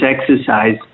exercise